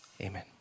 Amen